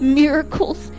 miracles